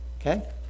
Okay